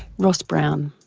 ross brown.